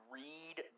read